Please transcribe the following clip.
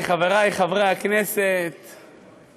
משיכת כספי הפיקדון לחיילים משוחררים שנקלעו לבעיות כלכליות),